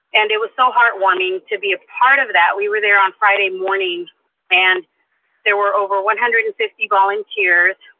and it was so heartwarming to be a part of that. we were there on friday morning and there were over one hundred and fifty volunteers.